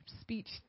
speech